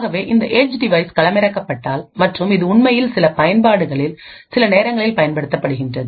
ஆகவே இந்த edge device களமிறக்கப்பட்டால் மற்றும் இது உண்மையில் சில பயன்பாடுகளில் சில நேரங்களில் பயன்படுத்தப்படுகிறது